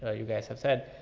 ah you guys have said,